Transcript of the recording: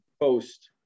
post